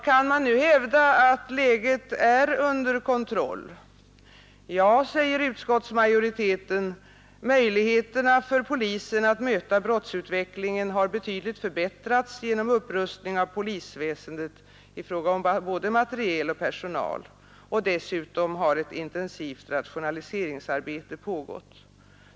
Kan man nu hävda att läget är under kontroll? Ja, säger utskottsmajoriteten. Möjligheterna för polisen att möta brottsutvecklingen har förbättrats betydligt genom upprustning av polisväsendet i fråga om både materiel och personal. Dessutom har ett intensivt rationaliseringsarbete pågått.